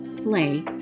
play